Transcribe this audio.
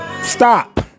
Stop